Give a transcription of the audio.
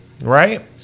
right